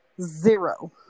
zero